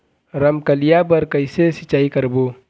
रमकलिया बर कइसे सिचाई करबो?